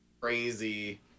crazy